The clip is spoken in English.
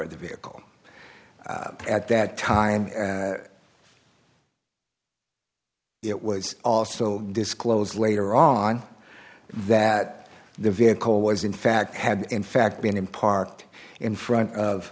of the vehicle at that time it was also disclosed later on that the vehicle was in fact had in fact been in parked in front of